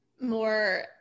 more